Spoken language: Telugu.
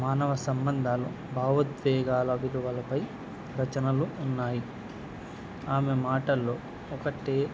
మానవ సంబంధాలు భావోద్వేగాల విలువలపై రచనలు ఉన్నాయి ఆమె మాటల్లో ఒకటే